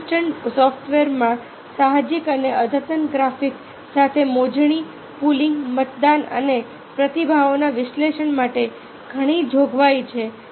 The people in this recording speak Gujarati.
આસિસ્ટેડ સોફ્ટવેરમાં સાહજિક અને અદ્યતન ગ્રાફિક્સ સાથે મોજણી પૂલિંગ મતદાન અને પ્રતિભાવોના વિશ્લેષણ માટે ઘણી જોગવાઈઓ છે